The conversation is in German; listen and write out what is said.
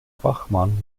fachmann